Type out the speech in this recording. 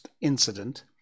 incident